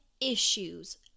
issues